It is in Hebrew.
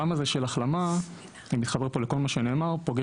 אני מתחבר לכל מה שנאמר פה ורוצה לומר